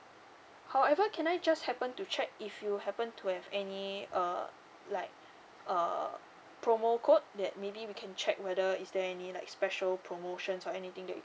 however can I just happen to check if you happen to have any uh like uh promo code that maybe we can check whether is there any like special promotions or anything that you